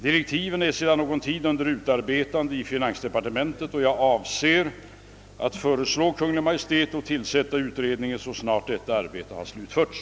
Direktiven är sedan någon tid under utarbetande i finansdepartementet. Jag avser att föreslå Kungl. Maj:t att tillsätta utredningen så snart detta arbete slutförts.